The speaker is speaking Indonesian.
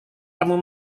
kamu